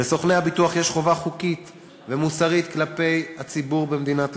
לסוכני הביטוח יש חובה חוקית ומוסרית כלפי הציבור במדינת ישראל,